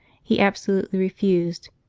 he absolutely refused,